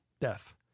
death